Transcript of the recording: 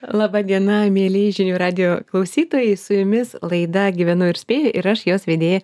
laba diena mieli žinių radijo klausytojai su jumis laida gyvenu ir spėju ir aš jos vedėja